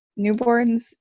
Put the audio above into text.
newborns